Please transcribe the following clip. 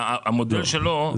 המודל שלו,